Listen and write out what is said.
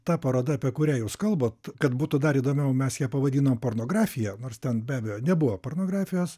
ta paroda apie kurią jūs kalbat kad būtų dar įdomiau mes ją pavadinom pornografija nors ten be abejo nebuvo pornografijos